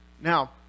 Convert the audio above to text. Now